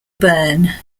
burn